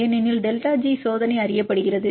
ஏனெனில் delta G சோதனை அறியப்படுகிறது